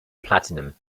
platinum